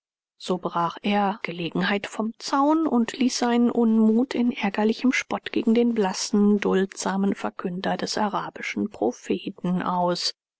so brach er gelegenheit vom zaun und ließ seinen unmut in ärgerlichem spott gegen den blassen duldsamen verkünder des arabischen propheten aus